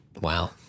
Wow